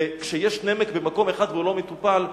וכשיש נמק במקום אחד והוא לא מטופל,